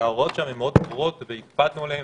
ההוראות שם מאוד ברורות, והקפדנו עליהן.